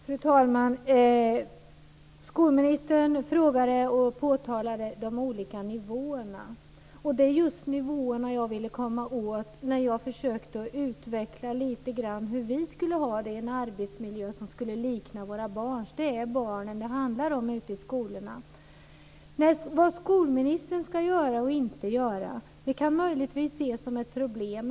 Fru talman! Skolministern påtalade de olika nivåerna, och det var just nivåerna som jag ville komma åt när jag försökte utveckla lite grann hur vi skulle vilja ha det i en arbetsmiljö som liknar våra barns. Det är ju barnen ute i skolorna som det handlar om. Vad skolministern ska göra och inte göra kan möjligtvis ses som ett problem.